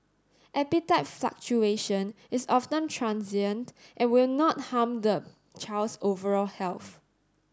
appetite fluctuation is often transient and will not harm the child's overall health